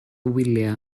wyliau